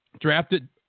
drafted